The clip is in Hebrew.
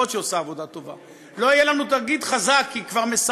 למרות שהיא עושה עבודה טובה,